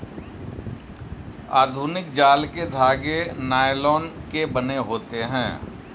आधुनिक जाल के धागे नायलोन के बने होते हैं